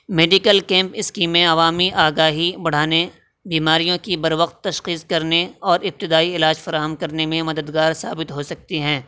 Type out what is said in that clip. medical camp اسکیمیں عوامی آگاہی بڑھانے بیماریوں کی بروقت تشخیص کرنے اور ابتدائی علاج فراہم کرنے میں مددگار ثابت ہو سکتے ہیں